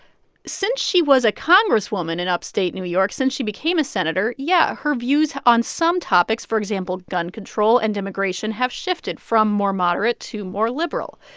since she was a congresswoman in upstate new york, since she became a senator, yeah, her views on some topics for example, gun control and immigration have shifted from more moderate to more liberal.